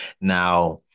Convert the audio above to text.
Now